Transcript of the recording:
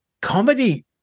comedy